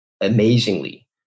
amazingly